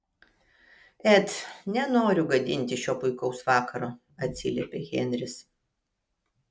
et nenoriu gadinti šio puikaus vakaro atsiliepė henris